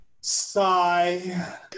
sigh